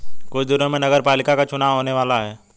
कुछ दिनों में नगरपालिका का चुनाव होने वाला है